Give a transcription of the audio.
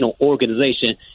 organization